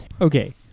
okay